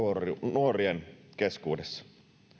nuorien keskuudessa